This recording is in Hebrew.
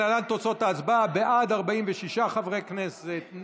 ההצעה להעביר את הצעת חוק החברות (תיקון,